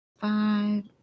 Five